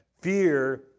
fear